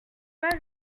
pas